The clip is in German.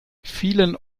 vielen